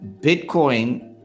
Bitcoin